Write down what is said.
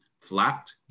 flat